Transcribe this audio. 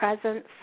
presence